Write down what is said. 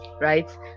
right